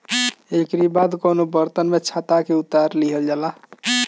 एकरी बाद कवनो बर्तन में छत्ता के उतार लिहल जाला